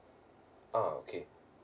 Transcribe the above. ah okay